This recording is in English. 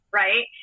right